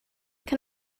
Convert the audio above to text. can